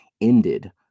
ended